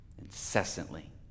incessantly